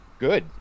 good